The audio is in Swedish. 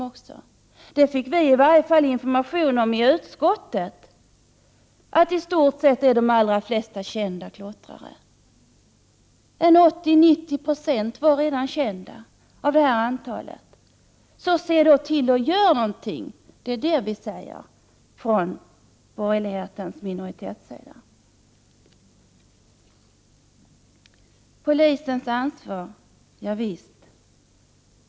Vi i utskottet fick i varje fall den informationen att de allra flesta klottrare i stort sett är kända. Av antalet klottrare var redan 80-90 90 kända. Se då till och gör någonting! Det är det vi menar från den borgerliga minoritetens sida. Så till frågan om polisens ansvar.